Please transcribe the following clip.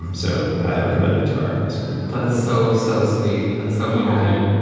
um so highly recommend it to our listeners that is so, so sweet and so moving.